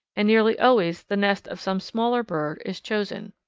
and nearly always the nest of some smaller bird is chosen.